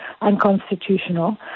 unconstitutional